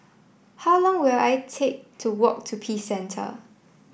how long will I take to walk to Peace Centre